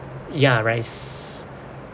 ya rice